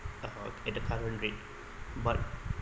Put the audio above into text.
uh at the current rate but